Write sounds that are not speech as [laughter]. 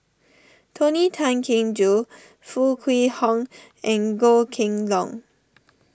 Tony Tan Keng Joo Foo Kwee Horng and Goh Kheng Long [noise]